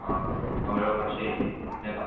ആ അപ്പോള് ഓക്കെ ശരി ഞാന് എത്താം